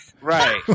Right